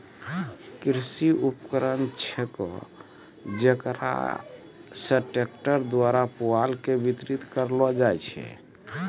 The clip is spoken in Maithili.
कृषि उपकरण छेकै जेकरा से ट्रक्टर द्वारा पुआल के बितरित करलो जाय छै